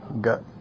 Got